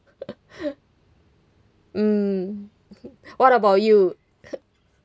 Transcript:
mm what about you